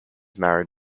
married